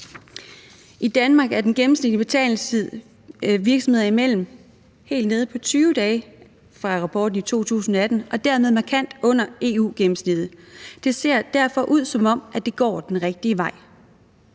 I Danmark er den gennemsnitlige betalingstid virksomheder imellem helt nede på 20 dage ifølge rapporten fra 2018, og dermed er den markant under EU-gennemsnittet. Det ser derfor ud til, at det går den rigtige vej.